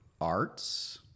arts